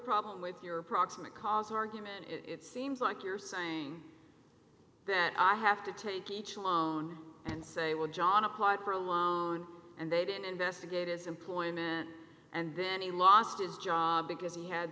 problem with your proximate cause argument it seems like you're saying that i have to take each alone and say well john apart for a loan and they didn't investigate his employment and then he lost his job because he had